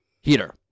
heater